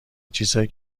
چیزهایی